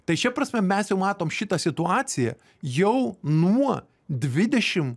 tai šia prasme mes jau matom šitą situaciją jau nuo dvidešim